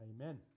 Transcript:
Amen